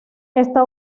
está